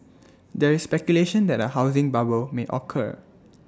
there is speculation that A housing bubble may occur